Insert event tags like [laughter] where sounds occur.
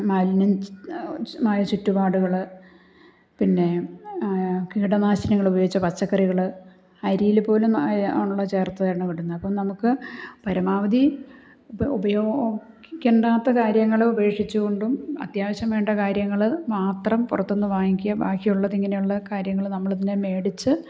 മാലിന്യം മായ ചുറ്റുപാടുകൾ പിന്നെ കീടനാശിനികളുപയോഗിച്ച പച്ചകറികൾ അരിയിൽ പോലും [unintelligible] ചേർത്താണ് വിടുന്നത് അപ്പോൾ നമുക്ക് പരമാവധി ഉപയോഗിക്കേണ്ടാത്ത കാര്യങ്ങൾ ഉപേക്ഷിച്ചു കൊണ്ടും അത്യാവശ്യം വേണ്ട കാര്യങ്ങൾ മാത്രം പുറത്തു നിന്നു വാങ്ങിക്കുകയും ബാക്കിയുള്ളത് ഇങ്ങനെയുള്ള കാര്യങ്ങൾ നമ്മളതിനെ മേടിച്ച്